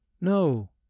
NO